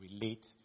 relate